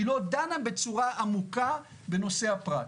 היא לא דנה בצורה עמוקה בנושא הפרט.